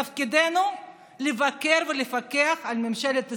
תפקידנו לבקר ולפקח על ממשלת ישראל.